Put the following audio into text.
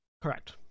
Correct